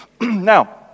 Now